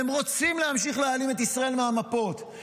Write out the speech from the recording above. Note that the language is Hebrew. הם רוצים להמשיך להעלים את ישראל מהמפות,